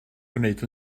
gwneud